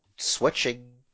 Switching